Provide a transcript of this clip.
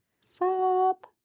Sup